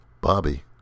Bobby